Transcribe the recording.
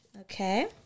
Okay